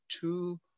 two